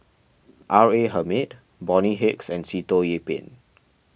R A Hamid Bonny Hicks and Sitoh Yih Pin